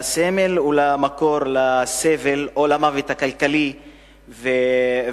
לסמל ולמקור לסבל או למוות הכלכלי והחברתי.